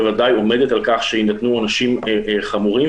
וודאי עומדת על כך שיינתנו עונשים חמורים,